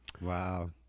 Wow